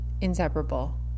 inseparable